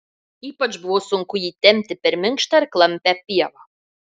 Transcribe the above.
ypač buvo sunku jį tempti per minkštą ir klampią pievą